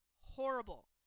Horrible